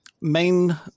main